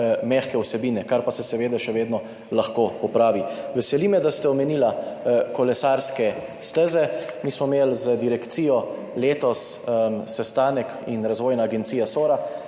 mehke vsebine, kar pa se seveda še vedno lahko popravi. Veseli me, da ste omenili kolesarske steze. Mi smo imeli z direkcijo in Razvojno agencijo Sora